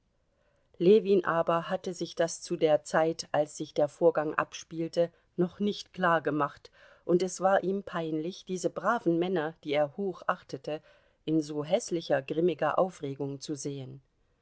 ljewin aber hatte sich das zu der zeit als sich der vorgang abspielte noch nicht klargemacht und es war ihm peinlich diese braven männer die er hochachtete in so häßlicher grimmiger aufregung zu sehen